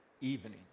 evening